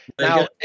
Now